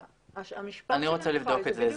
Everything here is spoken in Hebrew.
אני רוצה לבדוק את זה.